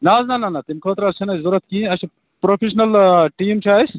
نَہ حظ نَہ نَہ تمہِ خٲطرٕ حظ چھَنہٕ اَسہِ ضوٚرت کِہیٖنۍ اَسہِ چھِ پرٛوفِشنل ٹیٖم چھُ اَسہِ